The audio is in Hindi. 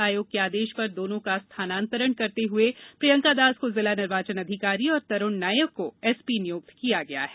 आयोग के आदेश पर दोनों का स्थानानंतरण करते हुए प्रियंका दास को जिला निर्वाचन अधिकारी और तरुण नायक को एसपी नियुक्त किया गया है